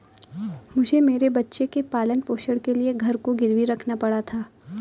मुझे मेरे बच्चे के पालन पोषण के लिए घर को गिरवी रखना पड़ा था